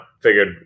figured